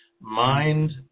Mind